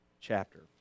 chapter